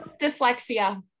dyslexia